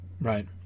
right